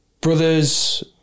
brothers